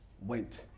went